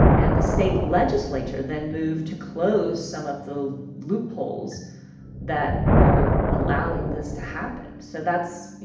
and the state legislature then moved to close some of the loopholes that were allowing this to happen. so that's you